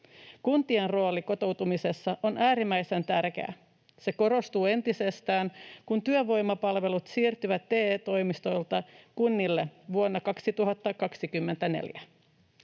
Kuntien rooli kotoutumisessa on äärimmäisen tärkeä. Se korostuu entisestään, kun työvoimapalvelut siirtyvät TE-toimistoilta kunnille vuonna 2024.